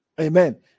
Amen